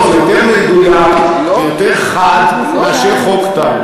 לא, זה יותר מדויק, זה יותר חד, מאשר חוק טל.